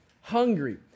hungry